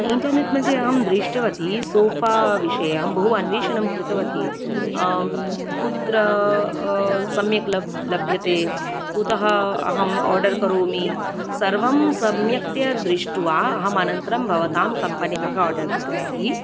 internet मध्ये अहं दृष्टवती सोफा विषयं बहु अन्वेषणं कृतवती कुत्र सम्यक् लभ् लभ्यते कुतः अहम् आर्डर् करोमि सर्वं सम्यक्तया दृष्ट्वा अहम् अनन्तरं भवतां कम्पनी तः आर्डर् कृतवती